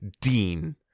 Dean